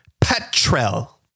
Petrel